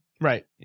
right